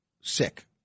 sick